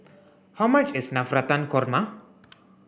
how much is Navratan Korma